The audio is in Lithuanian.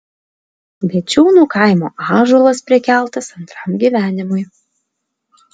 bėčiūnų kaimo ąžuolas prikeltas antram gyvenimui